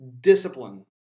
discipline